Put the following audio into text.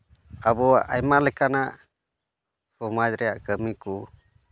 ᱟᱵᱚᱣᱟᱜ ᱟᱭᱢᱟ ᱞᱮᱠᱟᱱᱟᱜ ᱥᱚᱢᱟᱡᱽ ᱨᱮᱭᱟᱜ ᱠᱟᱹᱢᱤ ᱠᱚ